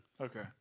Okay